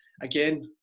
Again